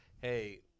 hey